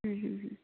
হুম হুম হুম